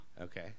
Okay